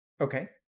Okay